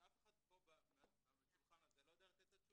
שאף אחד פה בשולחן הזה לא יודע לתת את התשובה.